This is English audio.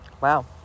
Wow